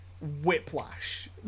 Whiplash